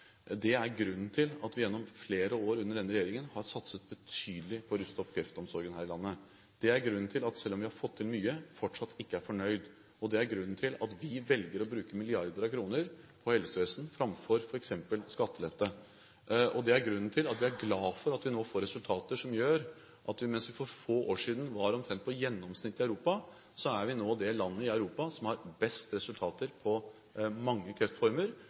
Det er grunnen til at vi gjennom flere år under denne regjeringen har satset betydelig på å ruste opp kreftomsorgen her i landet. Det er grunnen til at vi selv om vi har fått til mye, fortsatt ikke er fornøyd, og det er grunnen til at vi velger å bruke milliarder av kroner på helsevesen framfor f.eks. skattelette. Det er grunnen til at vi er glad for at vi – mens vi for få år siden lå på et gjennomsnitt i Europa – nå er det landet i Europa som har best resultater for mange kreftformer,